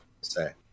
Say